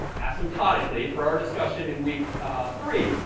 asymptotically, per our discussion in week three,